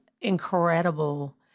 incredible